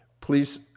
please